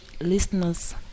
listeners